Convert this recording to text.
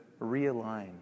realign